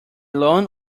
lawn